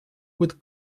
with